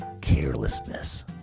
carelessness